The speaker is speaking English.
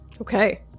Okay